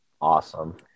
Awesome